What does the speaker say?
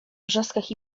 wrzaskach